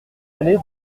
allée